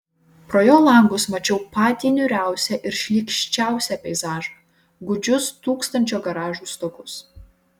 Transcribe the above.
pro jo langus mačiau patį niūriausią ir šlykščiausią peizažą gūdžius tūkstančio garažų stogus